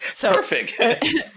Perfect